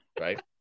right